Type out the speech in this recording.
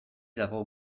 dago